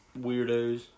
weirdos